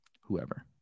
whoever